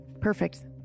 Perfect